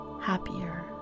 happier